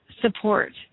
support